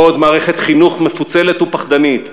לא עוד מערכת חינוך מפוצלת ופחדנית,